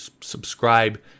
subscribe